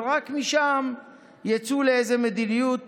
ורק משם יצאו לאיזו מדיניות